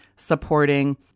Supporting